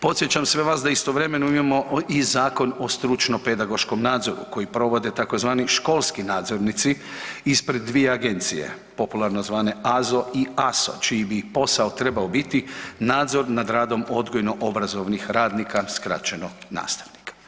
Podsjećam sve vas da istovremeno imamo i Zakon o stručno pedagoškom nadzoru koji provode tzv. školski nadzornici ispred dvije agencije popularno zvane AZO i ASO čiji bi posao trebao biti nadzor nad radom odgojno-obrazovnih radnika skraćeno nastavnika.